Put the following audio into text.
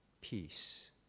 peace